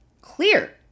clear